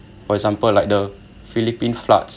for example like the philippines floods